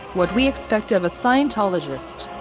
what we expect of a scientologist.